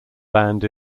band